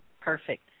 Perfect